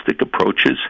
approaches